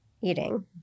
eating